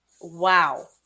Wow